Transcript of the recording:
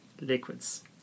liquids